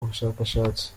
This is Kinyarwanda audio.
ubushakashatsi